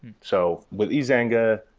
so with ezanga,